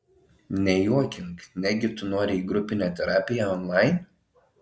nejuokink negi tu nori į grupinę terapiją onlain